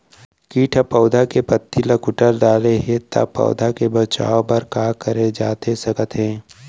किट ह पौधा के पत्ती का कुतर डाले हे ता पौधा के बचाओ बर का करे जाथे सकत हे?